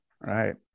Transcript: Right